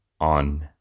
on